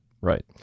Right